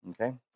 Okay